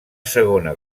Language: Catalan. segona